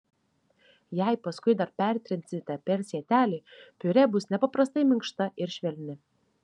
jei paskui dar pertrinsite per sietelį piurė bus nepaprastai minkšta ir švelni